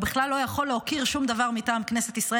הוא בכלל לא יכול להוקיר שום דבר מטעם כנסת ישראל.